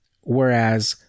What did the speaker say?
whereas